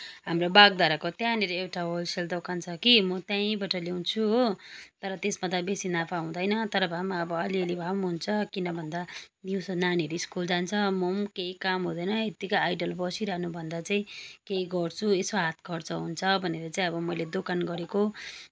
हाम्रो बागधाराको त्यहाँनिर एउटा होलसेल दोकान छ कि म त्यहीँबाट ल्याउँछु हो तर त्यसमा त बेसी नाफा हुँदैन तर भए पनि अलिअलि भए पनि हुन्छ किन भन्दा दिउँसो नानीहरू स्कुल जान्छ म पनि केही काम हुँदैन यत्तिकै आइडल बसिरहनुभन्दा चाहिँ केही गर्छु यसो हात खर्च हुन्छ भनेर चाहिँ अब मैले दोकान गरेको